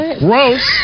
gross